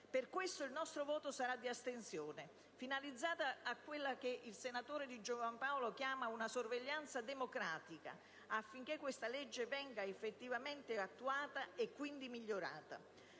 Per questo, il nostro voto sarà di astensione, finalizzato a quella che il senatore Di Giovan Paolo chiama una sorveglianza democratica, affinché questa legge venga effettivamente attuata e quindi migliorata.